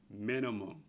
minimum